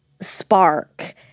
spark